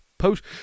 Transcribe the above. post